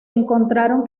encontraron